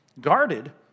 Guarded